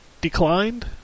declined